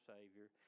Savior